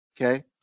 Okay